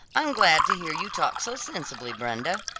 i'm glad to hear you talk so sensibly, brenda.